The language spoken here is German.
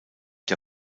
der